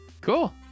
Cool